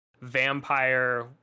vampire